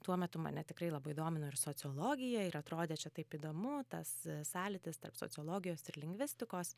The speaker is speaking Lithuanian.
tuo metu mane tikrai labai domino ir sociologija ir atrodė čia taip įdomu tas sąlytis tarp sociologijos ir lingvistikos